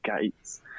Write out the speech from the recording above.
gates